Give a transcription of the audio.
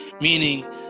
meaning